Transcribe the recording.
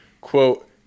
quote